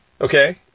Okay